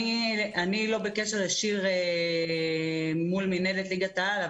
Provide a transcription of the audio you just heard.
אני לא בקשר ישיר עם מינהלת ליגת העל.